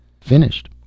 Finished